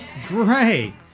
Dre